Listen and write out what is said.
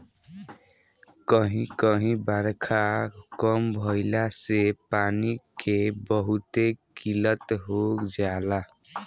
कही कही बारखा कम भईला से पानी के बहुते किल्लत हो जाला